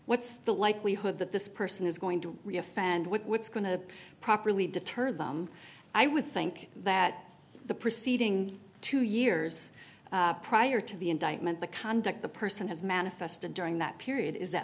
what's the likelihood that this person is going to re offend what's going to properly deter them i would think that the preceding two years prior to the indictment the conduct the person has manifested during that period is at